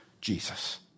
Jesus